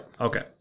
Okay